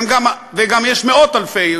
וגם יש מאות-אלפי,